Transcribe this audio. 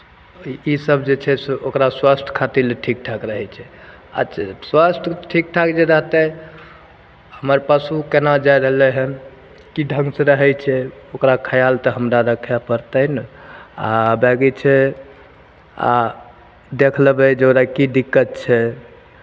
इ इसभ जे छै से ओकरा स्वास्थ्य खातिर लए ठीक ठाक रहै छै अच्छा स्वास्थ्य ठीक ठाक जे रहतै हमर पशु केना जाइ रहलै हन की ढङ्गसँ रहै छै ओकरा खयाल तऽ हमरा रखय पड़तै ने आ बाँकी छै आ देख लेबै जे ओकरा की दिक्कत छै